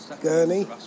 Gurney